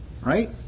Right